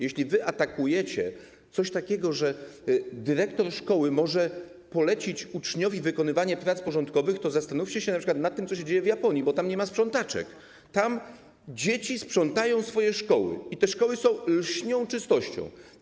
Jeśli atakujecie taki pomysł, że dyrektor szkoły może polecić uczniowi wykonywanie prac porządkowych, to zastanówcie się np. nad tym, co dzieje się w Japonii, bo tam nie ma sprzątaczek, tam dzieci sprzątają swoje szkoły i te szkoły lśnią czystością.